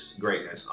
greatness